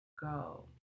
go